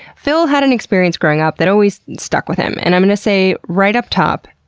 phil had an experience growing up that always stuck with him. and i'm gonna say right up top,